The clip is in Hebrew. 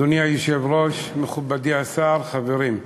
אדוני היושב-ראש, מכובדי השר, חברים,